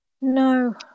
No